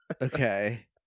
okay